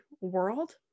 world